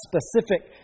specific